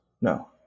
No